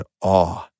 awe